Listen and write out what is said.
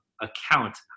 account